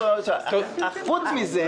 פרט לכך,